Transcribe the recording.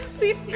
please, please.